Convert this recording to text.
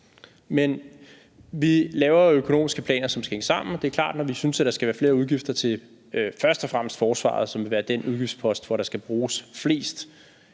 vi laver jo økonomiske planer, som skal hænge sammen. Det er klart, at når vi synes, man skal have flere udgifter til først og fremmet forsvaret, som vil være den udgiftspost, hvor der skal bruges flest